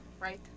right